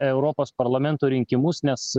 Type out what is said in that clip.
europos parlamento rinkimus nes